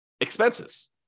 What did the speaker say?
expenses